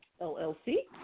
L-L-C